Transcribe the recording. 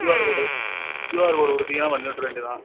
QR code QR code கொடுத்தீங்கனா பண்ணி விட்டுற வேண்டியது தான்